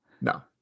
No